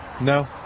No